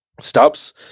Stops